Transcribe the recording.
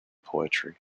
poetry